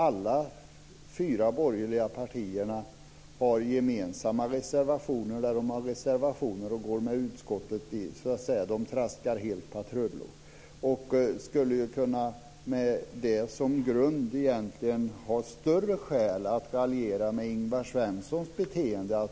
Alla fyra borgerliga partier har gemensamma reservationer. De traskar helt i patrull. Med detta som grund finns det större skäl att raljera med Ingvar Svenssons beteende.